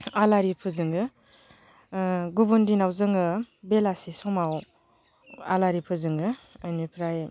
आलारि फोजोङो गुबुन दिनाव जोङो बेलासि समाव आलारि फोजोङो बेनिफ्राय